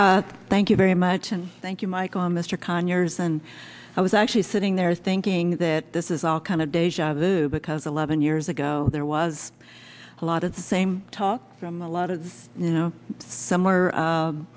you thank you very much and thank you michel mr conyers and i was actually sitting there thinking that this is all kind of deja vu because eleven years ago there was a lot of the same talk from the lot of you know similar